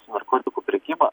su narkotikų prekyba